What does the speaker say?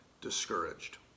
discouraged